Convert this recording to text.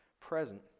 present